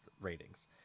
ratings